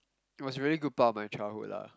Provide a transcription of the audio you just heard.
it was really good part of my childhood lah